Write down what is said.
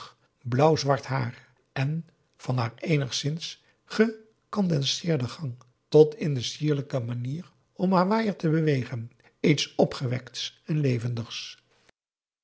blauwzwart haar en van haar eenigszins gecadenceerden gang tot in de sierlijke manier om haar waaier te bewegen iets opgewekts en levendigs